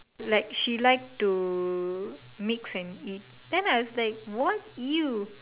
like she like to mix and it then I was like what !eww!